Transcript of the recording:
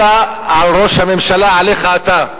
אלא על ראש הממשלה, עליך אתה.